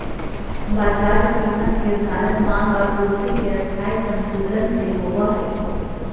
बाजार कीमत निर्धारण माँग और पूर्ति के स्थायी संतुलन से होबो हइ